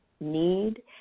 need